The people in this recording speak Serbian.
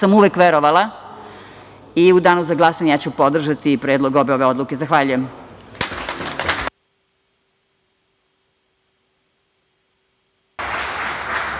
sam uvek verovala. U danu za glasanje ću podržati predlog obe ove odluke. Zahvaljujem.